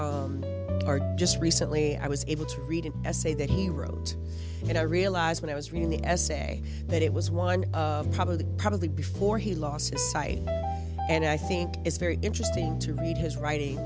on just recently i was able to read an essay that he wrote and i realized when i was reading the essay that it was one of probably the probably before he lost his sight and i think it's very interesting to read his writing